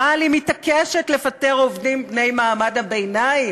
אבל היא מתעקשת לפטר עובדים בני מעמד הביניים,